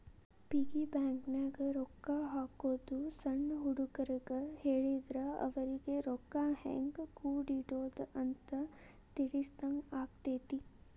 piggy ಬ್ಯಾಂಕನ್ಯಾಗ ರೊಕ್ಕಾ ಹಾಕೋದು ಸಣ್ಣ ಹುಡುಗರಿಗ್ ಹೇಳಿದ್ರ ಅವರಿಗಿ ರೊಕ್ಕಾ ಹೆಂಗ ಕೂಡಿಡೋದ್ ಅಂತ ತಿಳಿಸಿದಂಗ ಆಗತೈತಿ